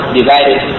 divided